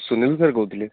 Sunil sir କହୁଥିଲି